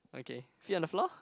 okay sit on the floor